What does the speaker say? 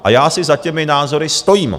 A já si za těmi názory stojím.